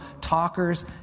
talkers